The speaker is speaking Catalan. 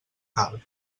cal